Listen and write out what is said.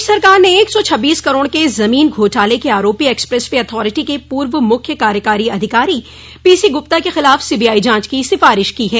प्रदेश सरकार ने एक सौ छब्बीस करोड़ के जमीन घोटाले के आरोपी एक्सप्रेस वे अथॉरिटी के पूर्व मुख्य कार्यकारी अधिकारी पीसीगुप्ता के खिलाफ सीबीआई जांच की सिफारिश की है